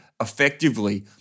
effectively